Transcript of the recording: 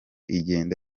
igenda